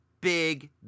big